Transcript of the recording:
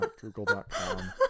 .google.com